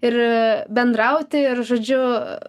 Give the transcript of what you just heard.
ir bendrauti ir žodžiu